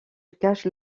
cache